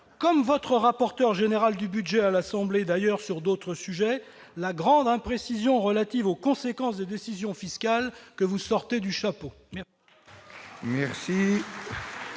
comme votre rapporteur général de l'Assemblée nationale sur d'autres sujets, la grande imprécision relative aux conséquences des décisions fiscales que vous sortez du chapeau. La